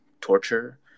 torture